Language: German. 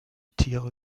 tiere